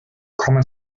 common